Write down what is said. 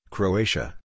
Croatia